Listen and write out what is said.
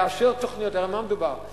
לאשר תוכניות, הרי על מה מדובר?